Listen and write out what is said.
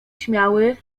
śmiały